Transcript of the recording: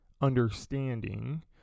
understanding